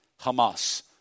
Hamas